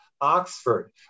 Oxford